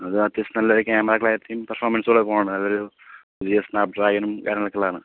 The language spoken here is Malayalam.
അത് അത്യാവശ്യം നല്ലൊരു ക്യാമറ ക്ലാരിറ്റിയും പെർഫോമെൻസും ഉള്ള ഫോണാണ് അതൊരു പുതിയ സ്നാപ്പ് ഡ്രാഗണും കാര്യങ്ങളൊക്കെയുള്ളതാണ്